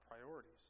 priorities